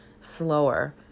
slower